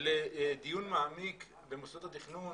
לדיון מעמיק במוסדות התכנון